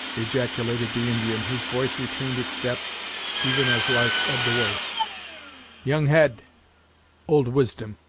ejaculated the indian, whose voice retained its depth even as life ebbed away young head old wisdom!